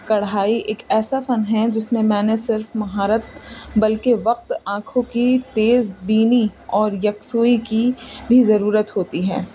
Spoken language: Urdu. کڑھائی ایک ایسا فن ہے جس میں میں نے صرف مہارت بلکہ وقت آنکھوں کی تیز بینی اور یکسوئی کی بھی ضرورت ہوتی ہے